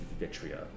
Vitria